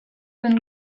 and